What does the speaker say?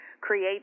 create